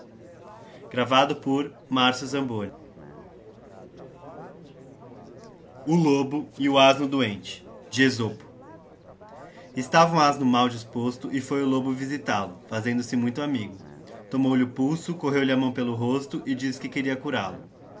lxx o lobo e o asno doente estava o asno mal disposto e foi o lobo visltalo fazendo-se muito amigo tomou-lhe o pulso correo lhe a mão pelo rosto e disse que queria curalo